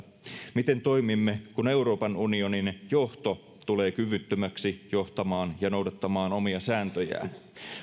miten toimimme kun euroopan unionin johto tulee kyvyttömäksi johtamaan ja noudattamaan omia sääntöjään